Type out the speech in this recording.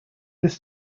this